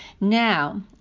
Now